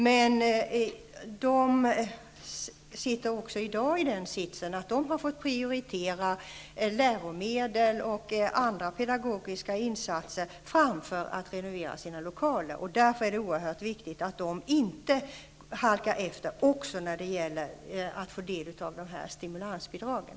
De befinner sig i dag i den situationen att de har fått prioritera läromedel och andra pedagogiska insatser framför att renovera sina lokaler. Därför är det oerhört viktigt att de inte halkar efter också när det gäller att få del av stimulansbidraget.